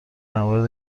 موارد